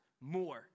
More